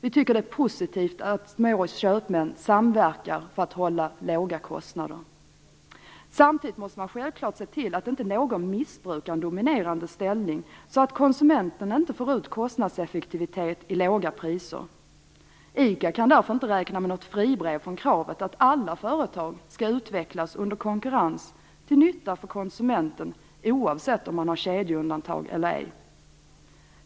Vi tycker att det är positivt att små köpmän samverkar för att hålla låga kostnader. Samtidigt måste man självklart se till att inte någon missbrukar en dominerande ställning så att konsumenten inte får ut kostnadseffektivitet i låga priser. ICA kan därför inte räkna med något fribrev från kravet att alla företag skall utvecklas under konkurrens till nytta för konsumenten oavsett om man har kedjeundantag eller ej.